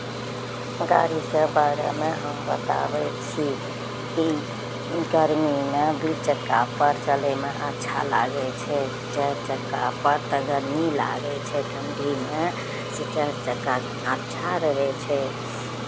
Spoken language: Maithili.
गाड़ीके बारेमे हम बताबै छी कि गरमीमे दुइ चक्कापर चलयमे अच्छा लागै छै चारि चक्कापर तऽ गरमी लागै छै ठण्ढीमे से चारि चक्का अच्छा रहै छै